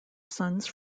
sons